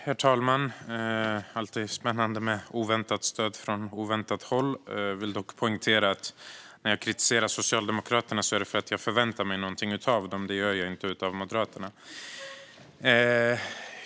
Herr talman! Det är alltid spännande med oväntat stöd från oväntat håll. Jag vill dock poängtera att när jag kritiserar Socialdemokraterna gör jag det för att jag förväntar mig någonting av dem. Det gör jag inte av Moderaterna.